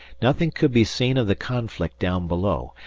nothing could be seen of the conflict down below,